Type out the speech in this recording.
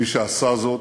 מי שעשה זאת,